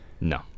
no